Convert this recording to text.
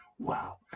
Wow